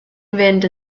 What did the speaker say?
fynd